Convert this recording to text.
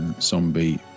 Zombie